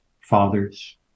fathers